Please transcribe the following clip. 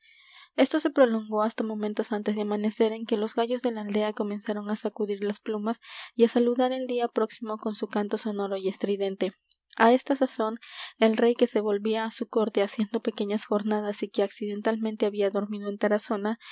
esto se prolongó hasta momentos antes de amanecer en que los gallos de la aldea comenzaron á sacudir las plumas y á saludar el día próximo con su canto sonoro y estridente á esta sazón el rey que se volvía á su corte haciendo pequeñas jornadas y que accidentalmente había dormido en tarazona